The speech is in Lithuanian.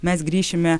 mes grįšime